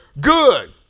good